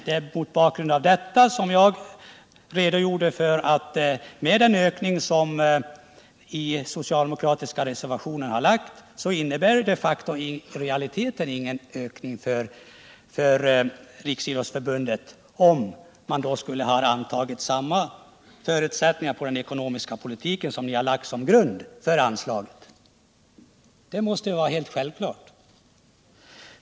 Det är mot denna bakgrund jag har sagt att den ökning som föreslås i den socialdemokratiska reservationen i realiteten inte innebär någon ökning för Riksidrottsförbundet — den ökningen skulle uppvägas av de kostnadsökningar som socialdemokraternas ekonomiska politik skulle medföra.